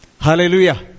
Hallelujah